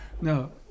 No